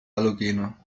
halogene